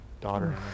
daughter